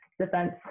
defense